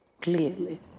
Clearly